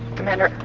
commander,